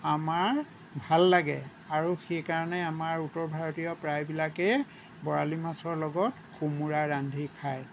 আমাৰ ভাল লাগে আৰু সেইকাৰণে আমাৰ উত্তৰ ভাৰতীয় প্ৰায়বিলাকেই বৰালী মাছৰ লগত কোমোৰা ৰান্ধি খায়